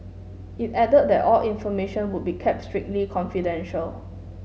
it added that all information would be kept strictly confidential